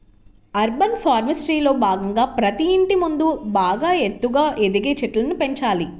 urban ఫారెస్ట్రీలో భాగంగా ప్రతి ఇంటి ముందు బాగా ఎత్తుగా ఎదిగే చెట్లను పెంచాలి